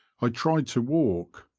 i tried to walk,